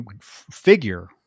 figure